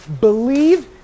believe